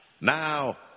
now